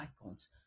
icons